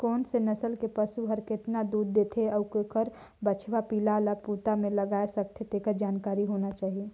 कोन से नसल के पसु हर केतना दूद देथे अउ ओखर बछवा पिला ल बूता में लगाय सकथें, तेखर जानकारी होना चाही